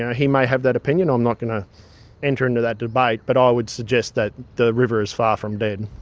he may have that opinion. i'm not going to enter into that debate, but i would suggest that the river is far from dead.